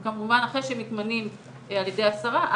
הם כמובן אחרי שמתמנים על ידי השרה,